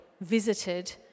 visited